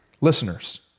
listeners